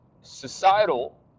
societal